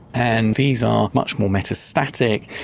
and these are much more metastatic,